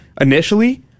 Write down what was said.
initially